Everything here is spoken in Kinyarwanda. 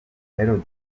melodie